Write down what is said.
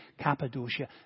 Cappadocia